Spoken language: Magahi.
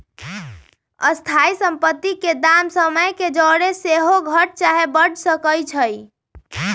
स्थाइ सम्पति के दाम समय के जौरे सेहो घट चाहे बढ़ सकइ छइ